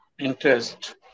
interest